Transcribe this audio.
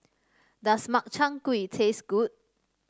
does Makchang Gui taste good